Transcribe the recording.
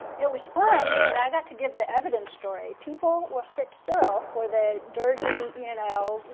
it was fun because i got to give the evidence story. people will sit still for the dirty, you know,